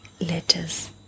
letters